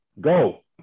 Go